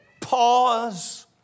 pause